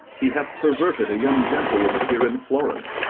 he hath perverted a young gentlewoman here in florence,